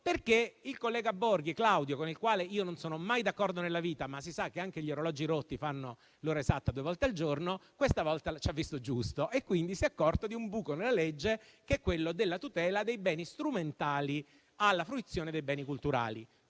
Perché il collega Claudio Borghi, con il quale non sono mai d'accordo nella vita (ma si sa che anche gli orologi rotti fanno l'ora esatta due volte al giorno), questa volta ci ha visto giusto e si è accorto di un buco nella legge, quello della tutela dei beni strumentali alla fruizione dei beni culturali.